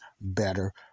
better